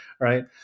right